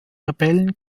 rebellen